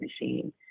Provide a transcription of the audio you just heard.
machine